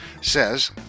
says